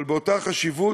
אבל באותה חשיבות,